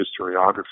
historiography